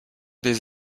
des